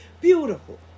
Beautiful